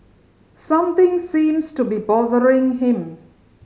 something seems to be bothering him